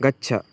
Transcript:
गच्छ